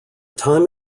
time